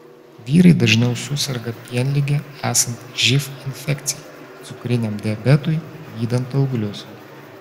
vyrai dažniau suserga pienlige esant živ infekcijai cukriniam diabetui gydant auglius